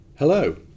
Hello